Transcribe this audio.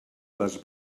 les